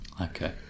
Okay